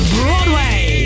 Broadway